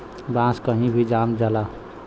बांस कही भी जाम जाला